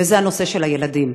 וזה הנושא של הילדים.